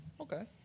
Okay